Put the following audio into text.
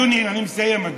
אני מסיים,